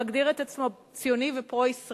שמגדיר את עצמו ציוני ופרו-ישראלי,